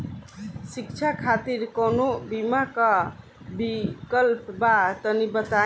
शिक्षा खातिर कौनो बीमा क विक्लप बा तनि बताई?